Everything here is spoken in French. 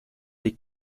les